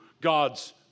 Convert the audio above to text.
God's